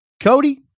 Cody